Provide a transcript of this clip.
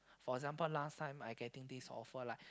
for example last time I getting this offer like